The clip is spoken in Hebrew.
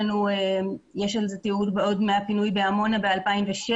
יש על זה תיעוד עוד מהפינוי בעמונה ב-2006,